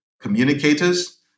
communicators